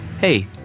Hey